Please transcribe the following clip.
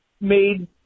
made